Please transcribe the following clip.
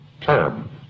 term